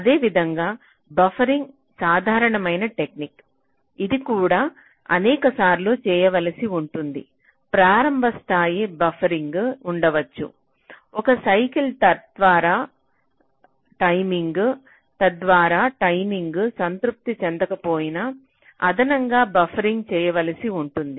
అదేవిధంగా బఫరింగ్ సాధారణమైన టెక్నిక్ ఇది కూడా అనేకసార్లు చేయవలసి ఉంటుంది ప్రారంభ స్థాయి బఫరింగ్ ఉండవచ్చు ఒక సైకిల్ తర్వాత టైమింగ్ సంతృప్తి చెందకపోయినా అదనంగా బఫరింగ్ చేయవలసి ఉంటుంది